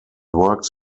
works